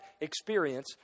experience